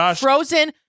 Frozen